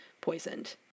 poisoned